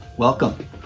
Welcome